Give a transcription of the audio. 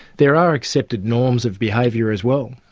there are accepted norms of behaviour as well.